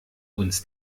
uns